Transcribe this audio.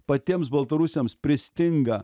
patiems baltarusiams pristinga